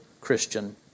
Christian